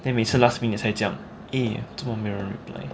then 每次 last minute 才讲 eh 怎么没有人 reply